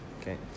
okay